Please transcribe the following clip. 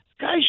Guys